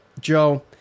Joe